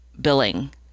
billing